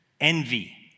envy